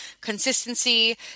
consistency